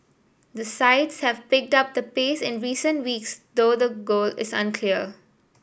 the sides have picked up the pace in recent weeks though the goal is unclear